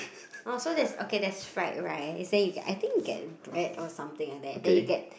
uh so there's okay there's fried rice then you get I think you get bread or something like that then you get